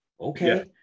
Okay